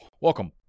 welcome